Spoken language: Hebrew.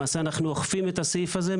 למעשה אנחנו אוכפים את הסעיף הזה.